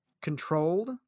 controlled